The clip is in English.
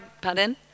pardon